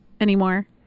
anymore